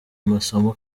masomo